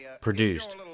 Produced